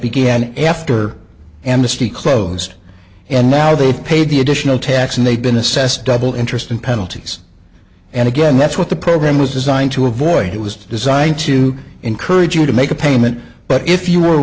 began after amnesty closed and now they've paid the additional tax and they've been assessed double interest and penalties and again that's what the program was designed to avoid it was designed to encourage you to make a payment but if you were